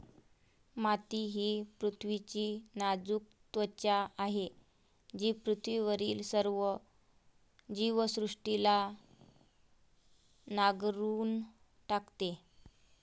माती ही पृथ्वीची नाजूक त्वचा आहे जी पृथ्वीवरील सर्व जीवसृष्टीला नांगरून टाकते